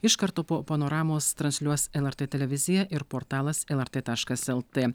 iš karto po panoramos transliuos lrt televizija ir portalas lrt taškas lt